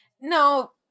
no